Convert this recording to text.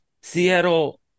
Seattle